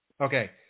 Okay